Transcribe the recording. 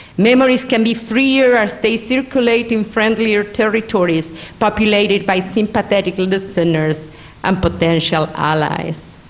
memories can be freer as they circulate in friendlier territories populated by sympathetic listeners and potential allies.